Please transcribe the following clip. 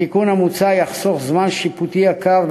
התיקון המוצע יחסוך זמן שיפוטי יקר,